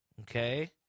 Okay